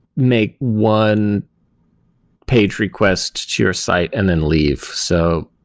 make one page request to your site and then leave. so,